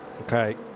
Okay